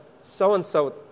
so-and-so